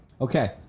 Okay